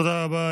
תודה רבה.